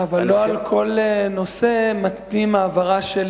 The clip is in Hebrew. אבל לא על כל נושא מתנים העברה של